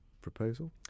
proposal